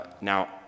Now